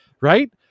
right